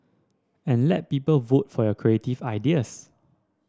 and let people vote for your creative ideas